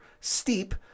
Steep